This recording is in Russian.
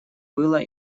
было